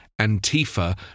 antifa